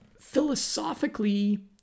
Philosophically